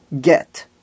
get